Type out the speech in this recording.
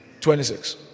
26